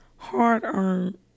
hard-earned